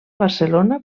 barcelona